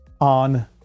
on